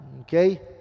okay